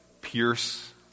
pierce